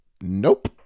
Nope